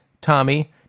tommy